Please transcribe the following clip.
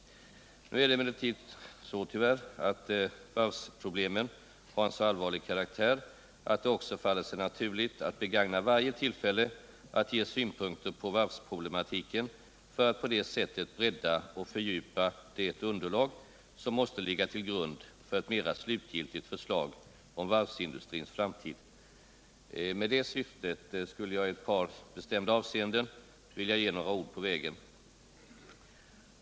Nu är det emellertid tyvärr så att varvsproblemen har en så allvarlig karaktär att det också faller sig naturligt att begagna varje tillfälle att ge synpunkter på varvsproblematiken för att på det sättet bredda och fördjupa det underlag som måste ligga till grund för ett mera slutgiltigt förslag om varvsindustrins framtid. Med det syftet skulle jag i ett par bestämda avseenden vilja ge några ord på vägen.